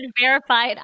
verified